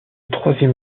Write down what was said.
troisième